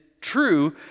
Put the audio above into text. true